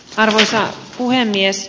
arvoisa puhemies